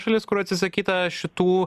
šalis kur atsisakyta šitų